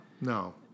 no